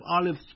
Olives